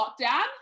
lockdown